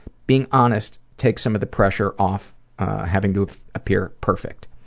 being honest takes some of the pressure off having to appear perfect.